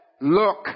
look